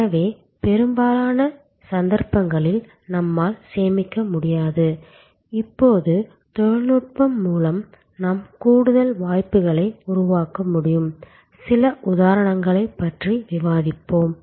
எனவே பெரும்பாலான சந்தர்ப்பங்களில் நம்மால் சேமிக்க முடியாது இப்போது தொழில்நுட்பம் மூலம் நாம் கூடுதல் வாய்ப்புகளை உருவாக்க முடியும் சில உதாரணங்களைப் பற்றி விவாதிப்போம்